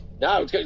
No